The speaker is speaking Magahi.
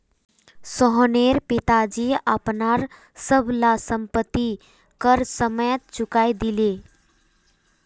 सोहनेर पिताजी अपनार सब ला संपति कर समयेत चुकई दिले